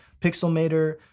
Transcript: Pixelmator